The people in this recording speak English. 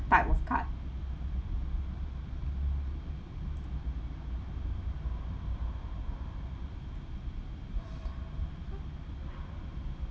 type of card